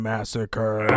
Massacre